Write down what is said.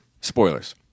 Spoilers